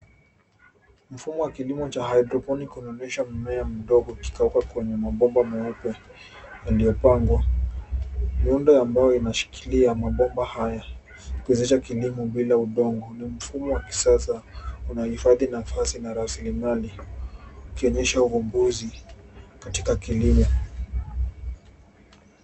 Mfumo wa kilimo cha hydroponic unaonyesha mmea mdogo ukikauka kwenye mabomba meupe uliopangwa. Miundo ya mbao inashikilia mabomba haya kuwezesha kilimo bila udongo. Ni mfumo wa kisasa unahifadhi nafasi na rasilimali ukionyesha uvumbuzi katika kilimo.